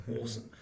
awesome